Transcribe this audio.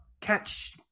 catch